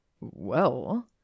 Well